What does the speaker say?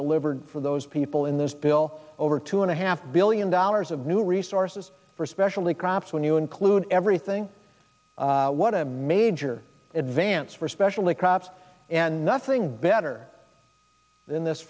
delivered for those people in this bill over two and a half billion dollars of new resources for specialty crops when you include everything what a major advance for specially crops and nothing better than this